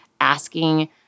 asking